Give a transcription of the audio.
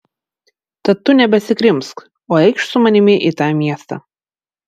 tad tu nebesikrimsk o eikš su manimi į tą miestą